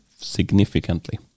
significantly